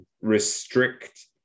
restrict